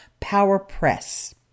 PowerPress